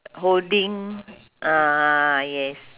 holding ah yes